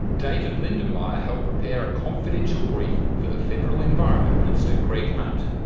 david lindenmayer helped prepare a confidential brief for the federal environment minister, greg hunt.